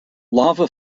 lava